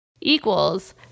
equals